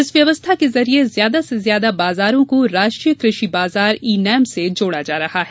इस व्यवस्था के जरिये ज्यादा से ज्यादा बाजारों को राष्ट्रीय कृषि बाजार ई नैम से जोड़ा जा रहा हैं